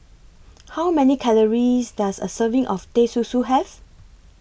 How Many Calories Does A Serving of Teh Susu Have